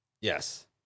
Yes